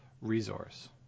resource